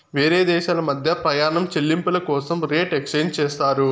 వేరే దేశాల మధ్య ప్రయాణం చెల్లింపుల కోసం రేట్ ఎక్స్చేంజ్ చేస్తారు